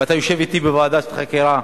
אתה יושב אתי בוועדת החקירה,